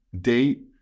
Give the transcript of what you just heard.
date